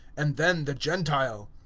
and then the gentile.